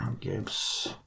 Gibbs